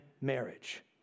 marriage